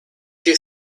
you